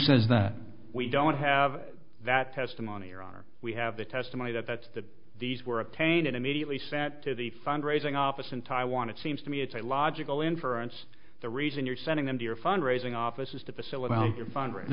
says that we don't have that testimony or we have the testimony that that's that these were obtained and immediately set to the fundraising office in taiwan it seems to me it's a logical inference the reason you're sending them to your fundraising office is to facilit